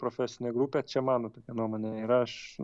profesinė grupė čia mano tokia nuomonė ir aš